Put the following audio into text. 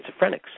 schizophrenics